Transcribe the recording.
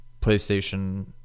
PlayStation